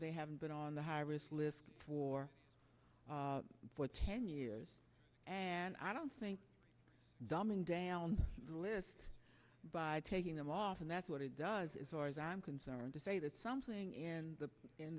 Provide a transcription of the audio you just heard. they haven't been on the high risk list for for ten years and i don't think dumbing down the list by taking them off and that's what it does is or as i'm concerned to say that something in the in